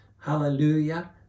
Hallelujah